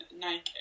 nike